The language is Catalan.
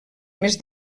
més